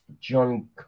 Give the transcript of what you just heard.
John